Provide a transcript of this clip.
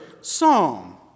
psalm